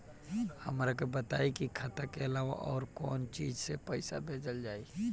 हमरा के बताई की खाता के अलावा और कौन चीज से पइसा भेजल जाई?